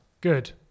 Good